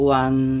one